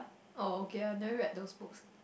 oh okay I never read those books